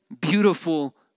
beautiful